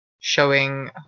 showing